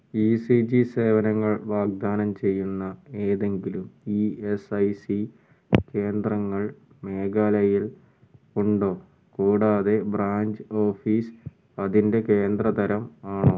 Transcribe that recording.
E C G സേവനങ്ങൾ വാഗ്ദാനം ചെയ്യുന്ന ഏതെങ്കിലും ഇ എസ് ഐ സി കേന്ദ്രങ്ങൾ മേഘാലയിൽ ഉണ്ടോ കൂടാതെ ബ്രാഞ്ച് ഓഫീസ് അതിന്റെ കേന്ദ്ര തരം ആണോ